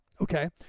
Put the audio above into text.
okay